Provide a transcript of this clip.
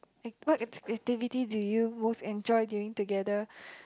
act~ what activity do you most enjoy doing together